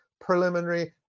preliminary